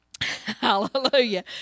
hallelujah